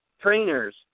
trainers